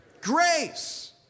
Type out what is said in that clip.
Grace